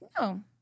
no